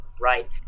right